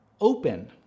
open